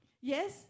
Yes